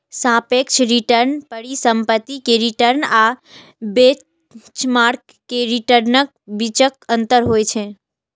सापेक्ष रिटर्न परिसंपत्ति के रिटर्न आ बेंचमार्क के रिटर्नक बीचक अंतर होइ छै